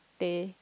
teh